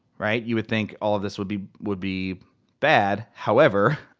right? you would think all of this would be would be bad. however,